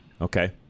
Okay